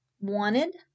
wanted